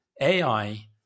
AI